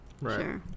Right